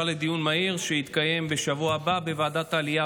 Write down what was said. לדיון מהיר שיתקיים בשבוע הבא בוועדת העלייה,